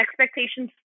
expectations